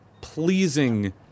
pleasing